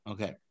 Okay